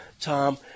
Tom